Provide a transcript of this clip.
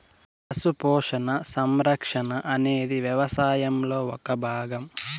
పశు పోషణ, సంరక్షణ అనేది వ్యవసాయంలో ఒక భాగం